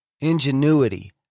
ingenuity